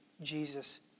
Jesus